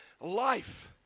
life